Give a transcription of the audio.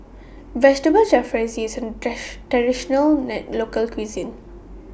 Vegetable Jalfrezi IS A Traditional A Local Cuisine